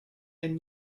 and